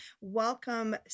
welcome